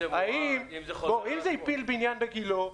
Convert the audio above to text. אם זה הפיל בניין בגילה,